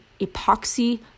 epoxy